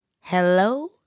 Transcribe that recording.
Hello